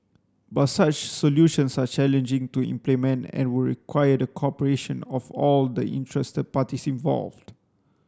but such solutions are challenging to implement and would require the cooperation of all the interested parties involved